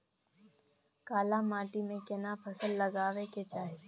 काला माटी में केना फसल लगाबै के चाही?